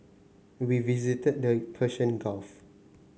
we visited the Persian Gulf